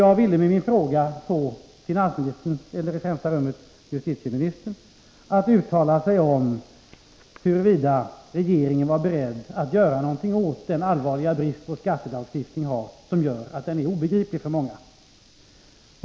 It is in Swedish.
Jag ville med min fråga få finansministern — eller i främsta rummet justitieministern — att uttala sig om huruvida regeringen är beredd att göra någonting åt den allvarliga brist i skattelagstiftningen som gör att den är obegriplig för många.